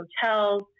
hotels